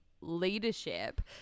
leadership